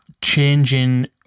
changing